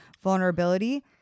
vulnerability